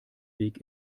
weg